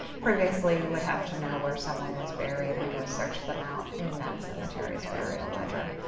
previously you would have to know where someone was buried and go search them out in that cemetery's burial ledger.